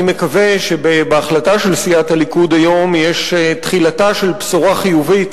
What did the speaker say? אני מקווה שבהחלטה הזו יש תחילתה של בשורה חיובית